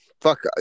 fuck